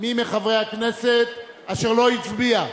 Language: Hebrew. מי מחברי הכנסת אשר לא הצביע?